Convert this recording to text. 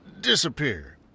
Disappear